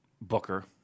booker